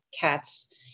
cats